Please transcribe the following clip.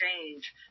change